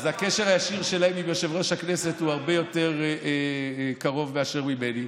אז הקשר הישיר שלהם עם יושב-ראש הכנסת הוא הרבה יותר קרוב מאשר שלי.